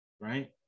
right